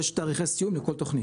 יש תאריכי סיום לכל תוכנית.